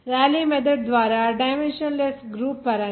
Rayleigh method ద్వారా dimensionless group పరంగా